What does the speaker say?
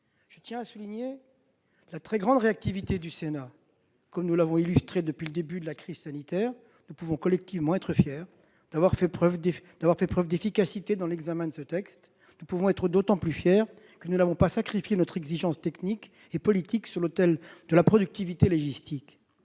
Je tiens à souligner la très grande réactivité du Sénat, laquelle est constante depuis le début de la crise sanitaire. Nous pouvons collectivement être fiers d'avoir fait preuve d'efficacité dans l'examen de ce texte, d'autant que nous n'avons pas sacrifié notre exigence technique et politique sur l'autel de la productivité légistique.